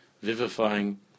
vivifying